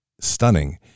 stunning